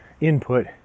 input